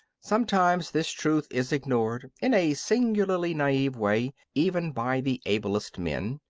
sometimes this truth is ignored in a singularly naive way, even by the ablest men.